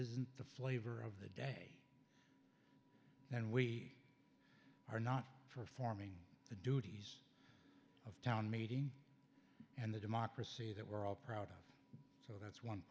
isn't the flavor of the day then we are not performing the duties of town meeting and the democracy that we're all proud of so that's one